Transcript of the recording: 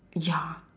ya